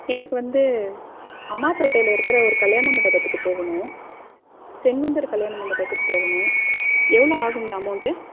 எனக்கு வந்து அம்மாப்பேட்டையில இருக்கிற ஒரு கல்யாண மண்டபத்துக்கு போகணும் செங்குந்தர் கல்யாண மண்டபத்துக்கு போகணும் எவ்வளோ ஆகும்ங்க அமௌண்ட்டு